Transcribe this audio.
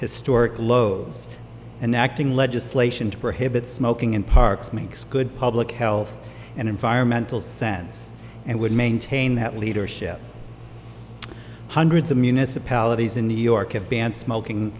historic lows and acting legislation to prohibit smoking in parks makes good public health and environmental sense and would maintain that leadership hundreds of municipalities in new york have banned smoking